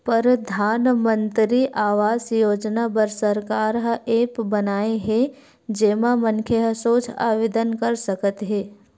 परधानमंतरी आवास योजना बर सरकार ह ऐप बनाए हे जेमा मनखे ह सोझ आवेदन कर सकत हे